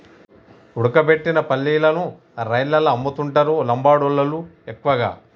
ఉడకబెట్టిన పల్లీలను రైలల్ల అమ్ముతుంటరు లంబాడోళ్ళళ్లు ఎక్కువగా